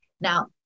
Now